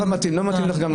לא מתאים לך גם להפריע.